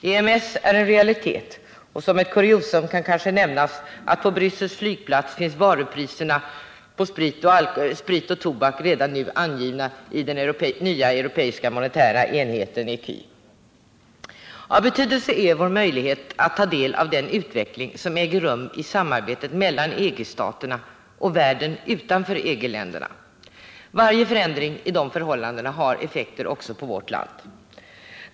EMS är en realitet, och såsom ett kuriosum kan nämnas att på Bryssels flygplats priserna på sprit och tobak redan nu finns angivna i den nya europeiska monetära enheten ECU. Av betydelse är vår möjlighet att ta del av den utveckling som äger rum i samarbetet mellan EG-staterna och världen i övrigt. Varje förändring i dessa förhållanden har effekt också på vårt land.